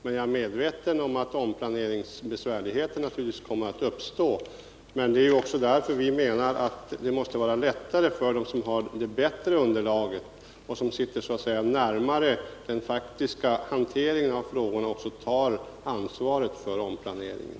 Jag är dock medveten om att besvärligheter i samband med omplaneringen naturligtvis kommer att uppstå. Men det är också anledningen till att vi menar att det måste vara lättare för dem som har det bättre underlaget, för dem som så att säga sitter närmare den faktiska hanteringen av frågan, att ta ansvaret för omplaneringen.